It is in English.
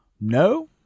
No